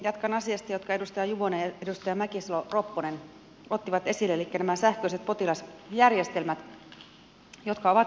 jatkan asiasta jonka edustaja juvonen ja edustaja mäkisalo ropponen ottivat esille elikkä liittyen näihin sähköisiin potilasjärjestelmiin jotka ovat kalliita